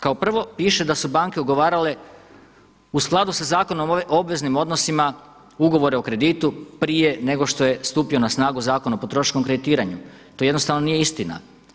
Kao prvo piše da su banke ugovarale u skladu sa Zakonom o obveznim odnosima ugovore o kreditu prije nego što je stupio na snagu Zakon o potrošačkom kreditiranju, to jednostavno nije istina.